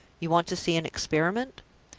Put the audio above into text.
you want to see an experiment?